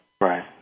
Right